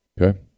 Okay